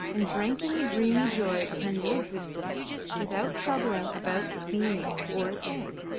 and drank in the dreamy joy of her new existence without troubling about its meaning or its end,